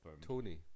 Tony